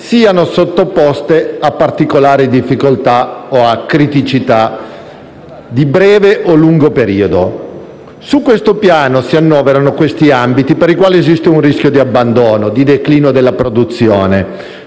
siano sottoposte a particolari difficoltà o a criticità di breve o lungo periodo. Su questo piano si annoverano questi ambiti per i quali esiste un rischio di abbandono, di declino della produzione,